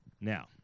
Now